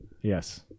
Yes